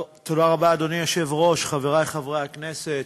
אדוני היושב-ראש, תודה רבה, חברי חברי הכנסת,